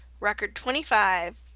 record twenty five,